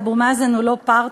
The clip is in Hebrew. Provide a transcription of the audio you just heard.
שאבו מאזן הוא לא פרטנר,